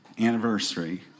anniversary